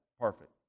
perfect